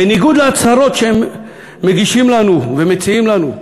בניגוד להצהרות שהם מגישים לנו ומציעים לנו,